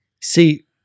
See